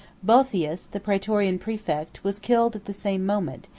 boethius, the praetorian praefect, was killed at the same moment,